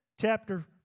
chapter